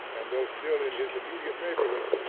and though still in his immediate neighborhood,